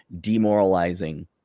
demoralizing